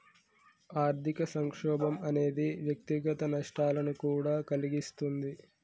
ఆర్థిక సంక్షోభం అనేది వ్యక్తిగత నష్టాలను కూడా కలిగిస్తుంది